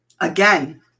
Again